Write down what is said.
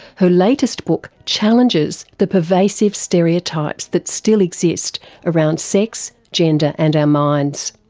her latest book challenges the pervasive stereotypes that still exist around sex, gender and our minds.